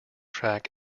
track